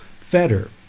fetter